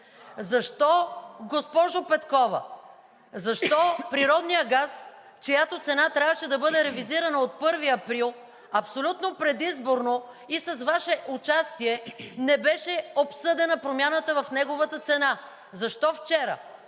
16%? Госпожо Петкова, защо природният газ, чиято цена трябваше да бъде ревизирана от 1 април, абсолютно предизборно, и с Ваше участие, не беше обсъдена промяната в неговата цена? Защо вчера?!